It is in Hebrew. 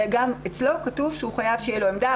וגם אצלו כתוב שהוא חייב שתהיה לו עמדה.